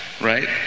right